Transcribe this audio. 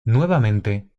nuevamente